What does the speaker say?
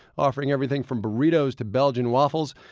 offering everything from burritos to belgian waffles.